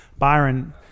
Byron